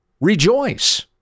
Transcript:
Rejoice